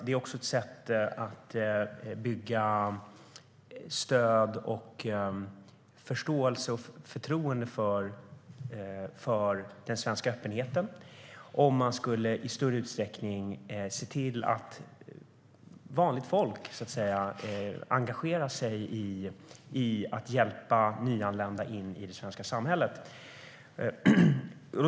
Det är ett sätt att skapa stöd, förståelse och förtroende för den svenska öppenheten om man i större utsträckning skulle se till att vanligt folk, så att säga, engagerade sig i att hjälpa nyanlända in i det svenska samhället.